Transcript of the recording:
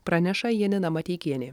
praneša janina mateikienė